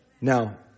Now